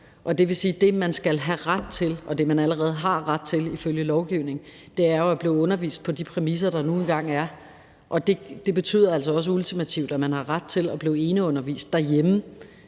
det, man skal have ret til, og det, man allerede har ret til ifølge lovgivningen, jo er at blive undervist på de præmisser, der nu engang er, og det betyder ultimativt også, at man har ret til at blive eneundervist derhjemme,